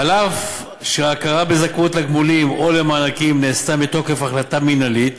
אף שההכרה בזכאות לתגמולים או למענקים נעשתה מתוקף החלטה מינהלית,